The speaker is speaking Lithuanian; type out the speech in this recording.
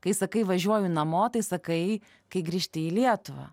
kai sakai važiuoju namo tai sakai kai grįžti į lietuvą